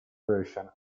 version